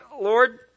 Lord